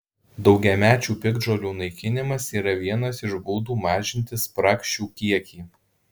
daugiamečių piktžolių naikinimas yra vienas iš būdų mažinti spragšių kiekį